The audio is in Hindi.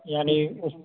यानि उस